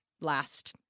last